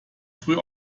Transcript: früh